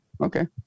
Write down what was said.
okay